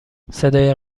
صدای